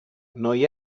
noi